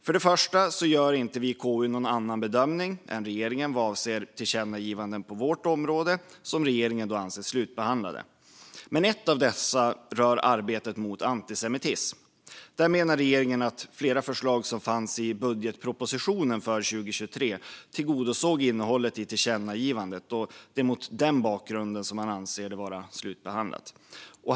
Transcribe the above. För det första gör vi i KU inte någon annan bedömning än regeringen vad avser tillkännagivanden på vårt område och som regeringen anser vara slutbehandlade. Men ett av dessa rör arbetet mot antisemitism. Där menar regeringen att flera förslag som fanns i budgetpropositionen för 2023 tillgodosåg innehållet i tillkännagivandet, och det är mot denna bakgrund som man anser det vara slutbehandlat.